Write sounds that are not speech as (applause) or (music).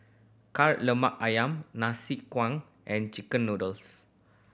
Kari Lemak Ayam nasi (unintelligible) and chicken noodles